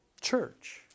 church